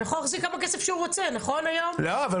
הוא יכול להחזיק כמה כסף שהוא רוצה היום.